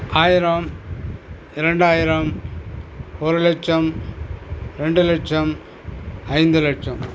ஆயிரம் இரண்டாயிரம் ஒரு லட்சம் ரெண்டு லட்சம் ஐந்து லட்சம்